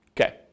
Okay